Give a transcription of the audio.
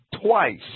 twice